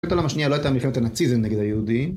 מלחמת העולם השנייה לא הייתה מלחמת הנאציזם נגד היהודים